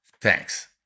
Thanks